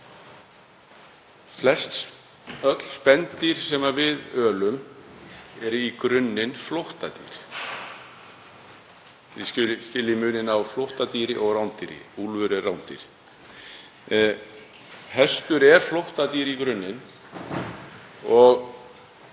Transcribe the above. Flest öll spendýr sem við ölum eru í grunninn flóttadýr. Þið skiljið muninn á flóttadýri og rándýri: Úlfur er rándýr. Hestur er flóttadýr í grunninn og